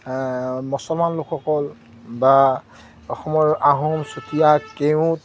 মুছলমান লোকসকল বা অসমৰ আহোম চুতীয়া কেওট